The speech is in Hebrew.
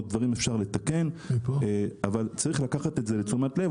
עוד אפשר לתקן דברים אבל צריך לקחת את זה לתשומת הלב,